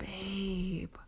babe